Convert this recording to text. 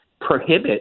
prohibit